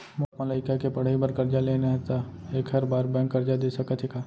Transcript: मोला अपन लइका के पढ़ई बर करजा लेना हे, त एखर बार बैंक करजा दे सकत हे का?